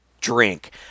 Drink